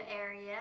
area